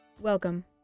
Welcome